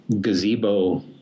gazebo